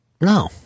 No